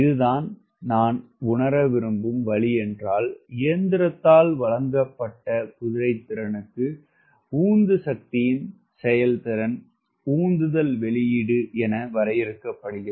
இதுதான் நான் உணர விரும்பும் வழி என்றால் இயந்திரத்தால் வழங்கப்பட்ட குதிரைத்திறனுக்கு உந்துசக்தியின் செயல்திறன் உந்துதல் வெளியீடு என வரையறுக்கப்படுகிறது